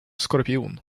skorpion